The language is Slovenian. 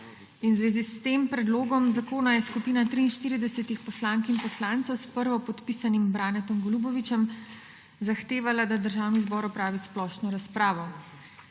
V zvezi s tem predlogom zakona je skupina 43 poslank in poslancev s prvopodpisanim Branetom Golubovićem zahtevala, da Državni zbor opravi splošno razpravo.